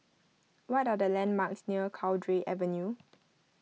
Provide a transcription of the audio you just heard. what are the landmarks near Cowdray Avenue